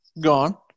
Gone